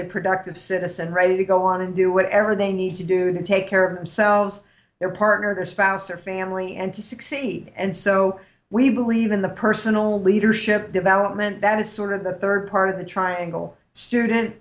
a productive citizen ready to go on and do whatever they need to do to take care of selves their partner or spouse or family and to succeed and so we believe in the personal leadership development that is sort of the third part of the triangle student